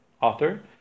author